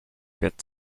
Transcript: get